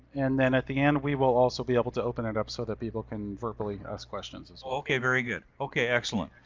and then at the end, we will also be able to open it up so that people can verbally ask questions as well. okay, very good. okay, excellent,